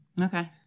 Okay